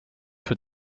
für